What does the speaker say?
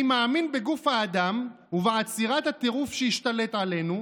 אני מאמין בגוף האדם ובעצירת הטירוף שהשתלט עלינו,